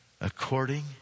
According